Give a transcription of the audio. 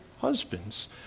husbands